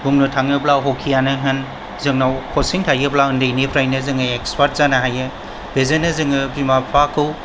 बुंनो थाङोब्ला हकियानो होन जोंनाव कचिं थायोब्ला उन्दैनिफ्रायनो जोङो एक्सपार्ट जानो हायो बेजोंनो जोङो बिमा बिफाखौ